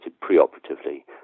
pre-operatively